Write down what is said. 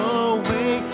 away